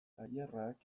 tailerrak